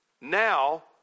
Now